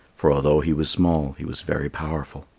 for although he was small he was very powerful.